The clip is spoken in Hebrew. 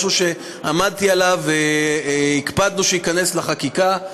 משהו שעמדתי עליו והקפדנו שייכנס לחקיקה,